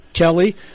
Kelly